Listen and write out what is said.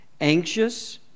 Anxious